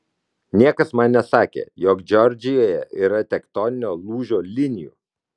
niekas man nesakė jog džordžijoje yra tektoninio lūžio linijų